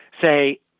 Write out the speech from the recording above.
say